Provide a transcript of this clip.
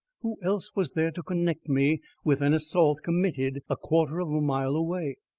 who else was there to connect me with an assault committed a quarter of a mile away?